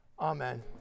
Amen